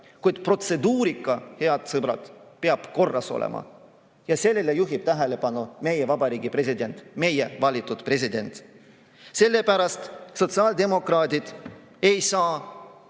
kuid protseduurika, head sõbrad, peab korras olema. Sellele juhib tähelepanu meie vabariigi president, meie valitud president. Sellepärast sotsiaaldemokraadid ei saa